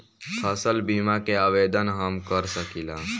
फसल बीमा के आवेदन हम कर सकिला?